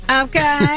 okay